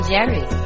Jerry